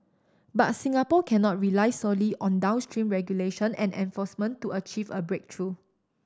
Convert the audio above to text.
but Singapore cannot rely solely on downstream regulation and enforcement to achieve a breakthrough